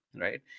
Right